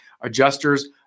Adjusters